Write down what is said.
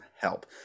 help